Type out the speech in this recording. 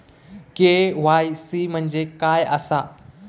KYC म्हणजे काय आसा?